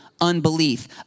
unbelief